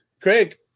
Craig